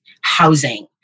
housing